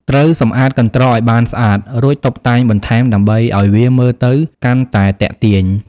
ត្រូវសម្អាតកន្ត្រកឲ្យស្អាត រួចតុបតែងបន្ថែមដើម្បីឲ្យវាមើលទៅកាន់តែទាក់ទាញ។